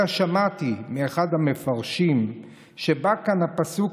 אלא ששמעתי מאחד המפרשים שבא כאן הפסוק